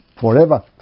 forever